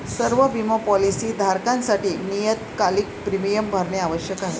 सर्व बिमा पॉलीसी धारकांसाठी नियतकालिक प्रीमियम भरणे आवश्यक आहे